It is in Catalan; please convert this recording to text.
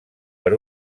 per